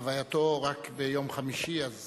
הלווייתו רק ביום חמישי, אז